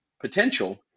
potential